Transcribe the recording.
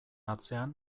atzean